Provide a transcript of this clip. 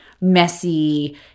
messy